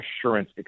assurance